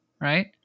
right